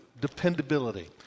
dependability